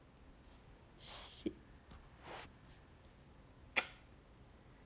shit